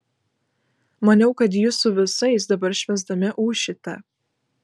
maniau kad jūs su visais dabar švęsdami ūšite